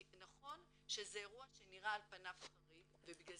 נכון שזה אירוע שעל פניו נראה חריג ובגלל